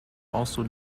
also